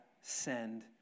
send